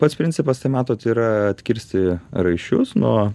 pats principas tai matot yra atkirsti raiščius nuo